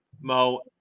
Mo